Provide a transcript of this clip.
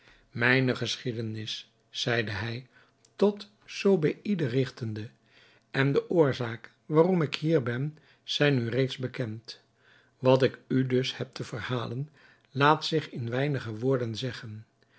mijne geschiedenis zeide hij zich tot zobeïde rigtende en de oorzaak waarom ik hier ben zijn u reeds bekend wat ik u dus heb te verhalen laat zich in weinige woorden zeggen